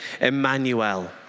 Emmanuel